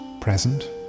Present